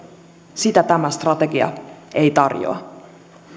sitä tämä strategia ei tarjoa